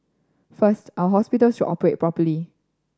first our hospitals should operate properly